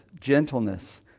gentleness